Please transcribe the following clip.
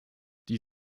die